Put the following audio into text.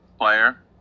player